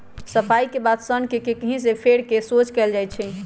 सफाई के बाद सन्न के ककहि से फेर कऽ सोझ कएल जाइ छइ